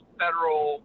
federal